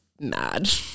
mad